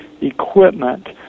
equipment